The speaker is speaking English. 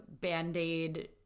band-aid